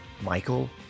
Michael